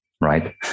right